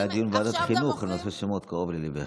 היה דיון בוועדת החינוך בנושא שמאוד קרוב לליבך.